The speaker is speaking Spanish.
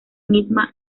misma